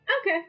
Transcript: Okay